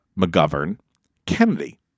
McGovern-Kennedy